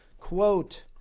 Quote